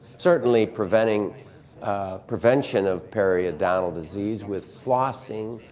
certainly prevention prevention of periodontal disease with flossing,